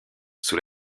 sous